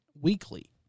weekly